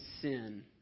sin